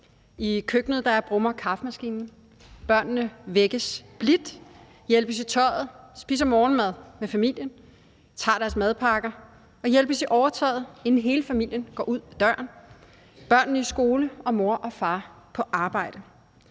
I køkkenet brummer kaffemaskinen. Børnene vækkes blidt, hjælpes i tøjet og spiser morgenmad med familien, tager deres madpakker og hjælpes i overtøjet, inden hele familien går ud ad døren. Børnene skal i skole, og mor og far på arbejde.